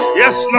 yes